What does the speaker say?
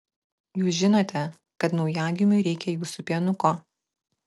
jūs žinote kad naujagimiui reikia jūsų pienuko